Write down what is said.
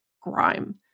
grime